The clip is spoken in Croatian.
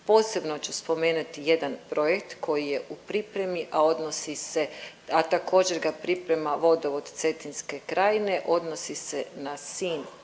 Posebno ću spomenuti jedan projekt koji je u pripremi, a odnosi se, a također, ga priprema Vodovod Cetinske krajine, odnosi se na Sinj,